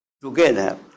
together